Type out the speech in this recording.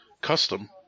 custom